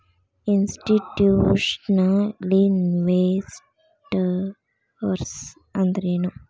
Institutional investors ಅಂದ್ರೇನು?